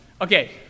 Okay